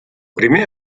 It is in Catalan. primer